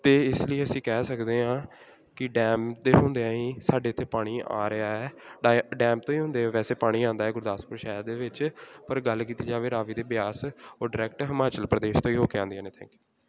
ਅਤੇ ਇਸ ਲਈ ਅਸੀਂ ਕਹਿ ਸਕਦੇ ਹਾਂ ਕਿ ਡੈਮ ਦੇ ਹੁੰਦਿਆਂ ਹੀ ਸਾਡੇ ਇੱਥੇ ਪਾਣੀ ਆ ਰਿਹਾ ਹੈ ਡਾ ਡੈਮ ਤੋਂ ਹੀ ਹੁੰਦਿਆਂ ਵੈਸੇ ਪਾਣੀ ਆਉਂਦਾ ਗੁਰਦਾਸਪੁਰ ਸ਼ਹਿਰ ਦੇ ਵਿੱਚ ਪਰ ਗੱਲ ਕੀਤੀ ਜਾਵੇ ਰਾਵੀ ਅਤੇ ਬਿਆਸ ਉਹ ਡਾਇਰੈਕਟ ਹਿਮਾਚਲ ਪ੍ਰਦੇਸ਼ ਤੋਂ ਹੀ ਹੋ ਕੇ ਆਉਂਦੀਆਂ ਨੇ ਥੈਂਕ ਯੂ